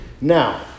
Now